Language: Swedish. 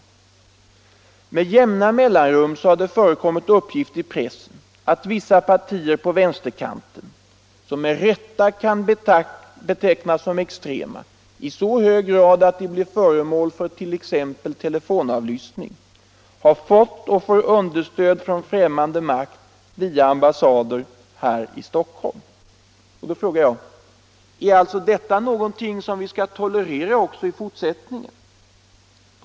Nr 23 Med jämna mellanrum har förekommit uppgifter i pressen om att vissa partier på vänsterkanten, som med rätta kan betecknas som extrema — i så hög grad att de blir föremål för t.ex. telefonavlyssning — har fått == och får understöd från främmande makt via ambassader här i Stockholm. Om skyldighet för Då frågar jag: Är detta någonting som vi skall tolerera också i fortsätt — politiskt parti att ningen?